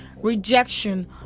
rejection